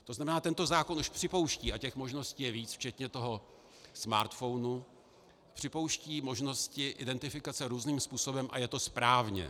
To znamená, tento zákon už připouští, a těch možností je víc včetně toho smartphonu, připouští možnosti identifikace různým způsobem a je to správně.